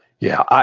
yeah, ah